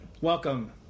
Welcome